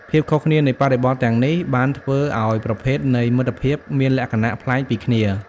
ភាពខុសគ្នានៃបរិបទទាំងនេះបានធ្វើឱ្យប្រភេទនៃមិត្តភាពមានលក្ខណៈប្លែកពីគ្នា។